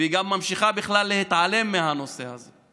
והיא גם ממשיכה בכלל להתעלם מהנושא הזה.